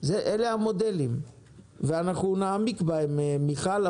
אלה המודלים ואנחנו נעמיק בהם מיכל,